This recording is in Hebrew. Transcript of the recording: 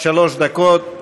שלוש דקות.